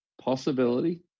possibility